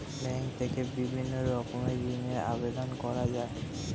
bank থেকে বিভিন্ন রকমের ঋণের আবেদন করা যায়